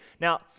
Now